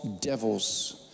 devils